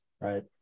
Right